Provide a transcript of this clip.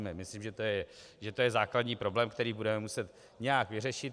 Myslím, že to je základní problém, který budeme muset nějak vyřešit.